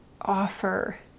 offer